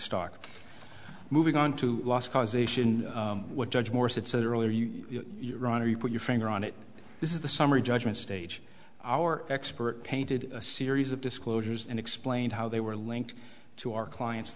stock moving on to loss causation what judge moore said said earlier you run or you put your finger on it this is the summary judgment stage our expert painted a series of disclosures and explained how they were linked to our clients